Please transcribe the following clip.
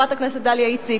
לחברת הכנסת דליה איציק,